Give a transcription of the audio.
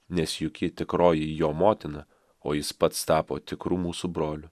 nes juk ji tikroji jo motina o jis pats tapo tikru mūsų broliu